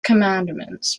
commandments